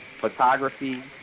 photography